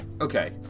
okay